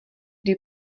kdy